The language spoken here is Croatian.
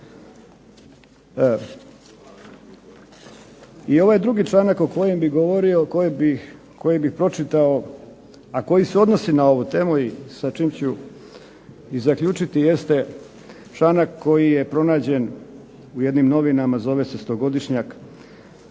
I ovaj drugi člana o kojem bi govorio, koji bi pročitao, a koji se odnosi na ovu temu i sa čime ću zaključiti jeste članak koji je pronađen u jednim novinama zove se "Stogodišnjak"